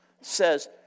says